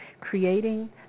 creating